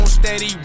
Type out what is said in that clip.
Steady